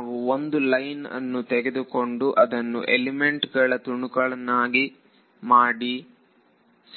ನಾವು ಒಂದು ಲೈನ್ ಅನ್ನು ತೆಗೆದುಕೊಂಡು ಅದನ್ನು ಎಲಿಮೆಂಟ್ಗಳ ತುಣುಕುಗಳನ್ನಾಗಿ ಮಾಡಿ